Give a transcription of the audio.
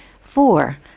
Four